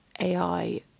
AI